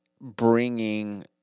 bringing